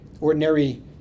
Ordinary